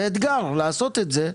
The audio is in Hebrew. זה אתגר לעשות את זה,